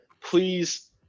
please